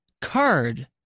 Card